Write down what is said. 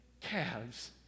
calves